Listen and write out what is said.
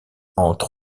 entre